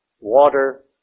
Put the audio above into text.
water